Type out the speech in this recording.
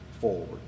forward